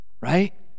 Right